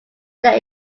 there